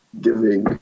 giving